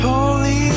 Holy